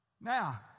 Now